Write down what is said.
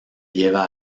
lleva